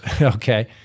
okay